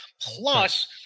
Plus